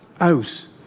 out